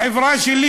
החברה שלי,